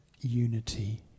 unity